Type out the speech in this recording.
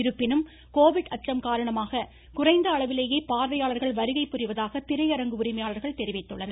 இருப்பினும் கோவிட் அச்சம் காரணமாக குறைந்த அளவிலேயே பார்வையாளர்கள் வருகை புரிவதாக திரையரங்கு உரிமையாளர்கள் தெரிவித்துள்ளனர்